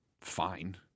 fine